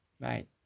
right